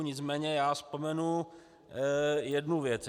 Nicméně vzpomenu jednu věc.